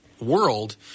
world